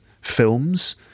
films